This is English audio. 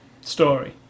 Story